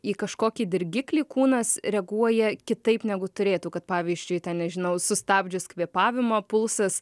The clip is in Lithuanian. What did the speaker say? į kažkokį dirgiklį kūnas reaguoja kitaip negu turėtų kad pavyzdžiui ten nežinau sustabdžius kvėpavimą pulsas